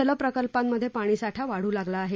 जलप्रकल्पांमध्ये पाणीसाठा वाढू लागला आहे